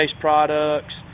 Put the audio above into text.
products